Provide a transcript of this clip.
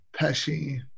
Pesci